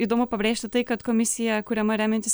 įdomu pabrėžti tai kad komisija kuriama remiantis